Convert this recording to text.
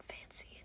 fancy